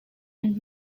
and